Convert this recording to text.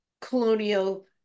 colonial